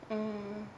mm